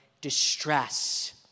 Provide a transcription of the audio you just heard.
distress